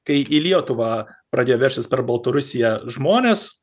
kai į lietuvą pradėjo veržtis per baltarusiją žmonės